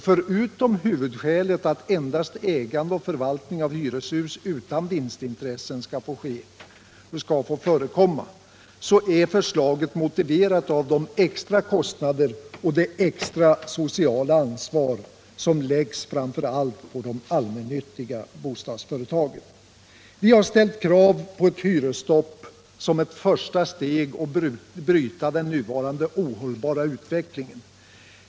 Förutom huvudskälet att endast ägande och förvaltning av hyreshus utan vinstintressen skall få förekomma är förslaget motiverat av de extra kostnader och det extra sociala ansvar som läggs framför allt på de allmännyttiga bostadsföretagen. Vi har ställt krav på ett hyresstopp som ett första steg att bryta den nuvarande ohållbara utvecklingen.